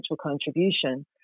contribution